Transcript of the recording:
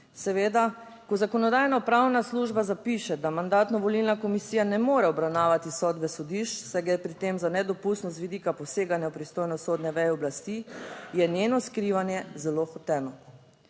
Seveda, ko Zakonodajno-pravna služba zapiše, da Mandatno-volilna komisija ne more obravnavati sodbe sodišč, saj gre pri tem za nedopustno z vidika poseganja v pristojnost sodne veje oblasti, je njeno skrivanje zelo hoteno.